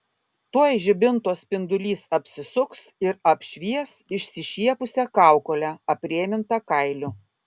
tuoj žibinto spindulys apsisuks ir apšvies išsišiepusią kaukolę aprėmintą kailiu